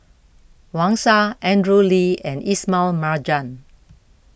Wang Sha Andrew Lee and Ismail Marjan